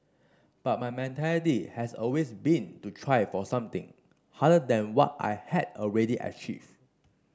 but my mentality has always been to try for something harder than what I had already achieved